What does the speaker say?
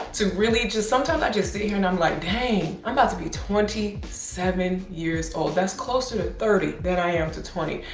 to really just. sometimes i just see here and i'm like, dang, i'm but to be twenty seven years old. that's closer to thirty than i am to twenty.